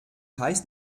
heißt